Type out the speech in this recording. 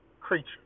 creature